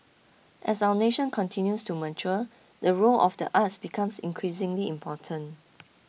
as our nation continues to mature the role of the arts becomes increasingly important